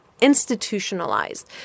institutionalized